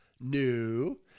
New